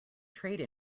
trade